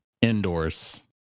indoors